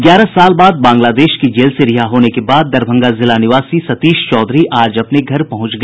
ग्यारह साल बाद बांग्लादेश की जेल से रिहा होने के बाद दरभंगा जिला निवासी सतीश चौधरी आज अपने घर पहुंच गया